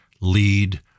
lead